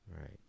Right